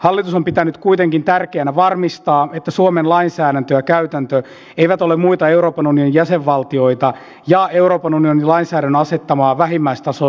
hallitus on pitänyt kuitenkin tärkeänä varmistaa että suomen lainsäädäntö ja käytäntö eivät ole muita euroopan unionin jäsenvaltioita ja euroopan unionin lainsäädännön asettamaa vähimmäistasoa suotuisampia